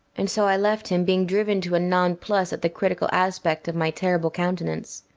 and so i left him, being driven to a non-plus at the critical aspect of my terrible countenance.